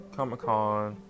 Comic-Con